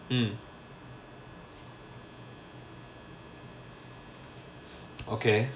mm okay